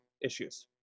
issues